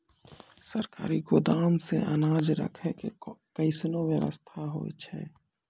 सरकारी गोदाम मे अनाज राखै के कैसनौ वयवस्था होय छै?